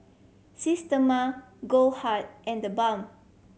Systema Goldheart and TheBalm